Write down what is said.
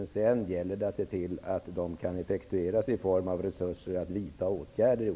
Det gäller att se till att de kan tillämpas, och att man får resurser för åtgärder.